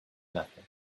nothing